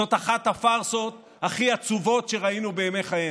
זאת אחת הפארסות הכי עצובות שראינו בימי חיינו,